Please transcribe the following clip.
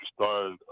started